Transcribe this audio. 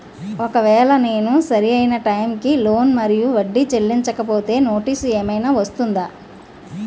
ఒకవేళ నేను సరి అయినా టైం కి లోన్ మరియు వడ్డీ చెల్లించకపోతే నోటీసు ఏమైనా వస్తుందా?